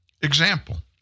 Example